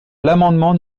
l’amendement